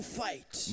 fight